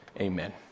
Amen